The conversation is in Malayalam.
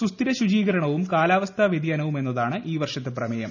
സുസ്ഥിരശുചീകരണവും വിതരണം കാലാവസ്ഥാ വൃതിയാനവും എന്നതാണ് ഈ വർഷത്തെ പ്രമേയം